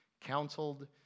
counseled